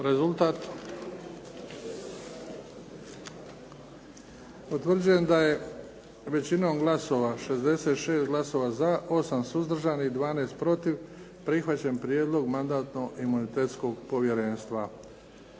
Rezultat? Utvrđujem da je većinom glasova sa 66 glasova za, 8 suzdržanih i 12 protiv prihvaćen prijedlog Mandatno-imunitetnog povjerenstva.